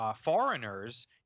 Foreigners